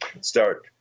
start